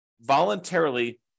voluntarily